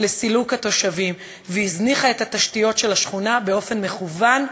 לסילוקם והזניחה את התשתיות של השכונה באופן מכוון ופושע.